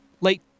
late